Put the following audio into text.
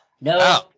No